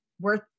worth